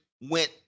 went